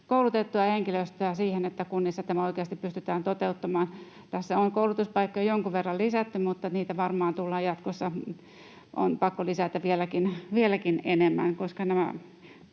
koulutettua henkilöstöä siihen, että kunnissa tämä oikeasti pystytään toteuttamaan. Tässä on koulutuspaikkoja jonkin verran lisätty, mutta niitä on varmaan jatkossa pakko lisätä vieläkin enemmän, koska nämä,